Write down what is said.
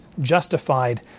justified